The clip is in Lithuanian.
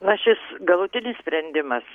na šis galutinis sprendimas